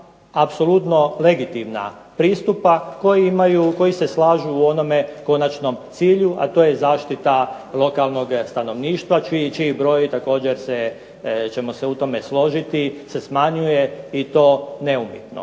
apsolutna legitimna pristupa koji se slažu u onom konačnom cilju, a to je zaštita lokalnog stanovništva čiji broj također ćemo se u tome složiti, se smanjuje i to neupitno.